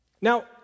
Now